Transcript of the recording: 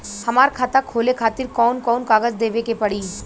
हमार खाता खोले खातिर कौन कौन कागज देवे के पड़ी?